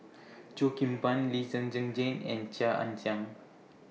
Cheo Kim Ban Lee Zhen Zhen Jane and Chia Ann Siang